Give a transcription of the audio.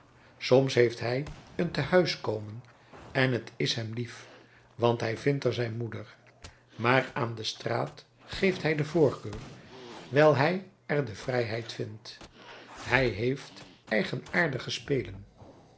soms heeft hij een tehuiskomen en t is hem lief want hij vindt er zijn moeder maar aan de straat geeft hij de voorkeur wijl hij er de vrijheid vindt hij heeft eigenaardige spelen